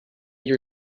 your